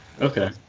Okay